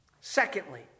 Secondly